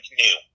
new